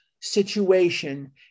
situation